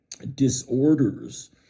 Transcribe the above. disorders